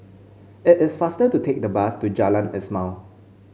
it is faster to take the bus to Jalan Ismail